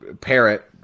parrot